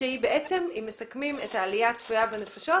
שהיא בעצם אם מסכמים את העלייה הצפויה בנפשות